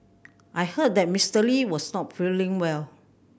I heard that Mister Lee was not feeling well